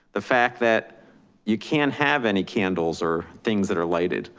the fact that you can't have any candles or things that are lighted,